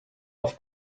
auf